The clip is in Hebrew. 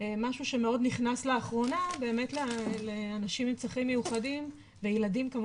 משהו שמאוד נכנס לאחרונה באמת לאנשים עם צרכים מיוחדים בילדים במו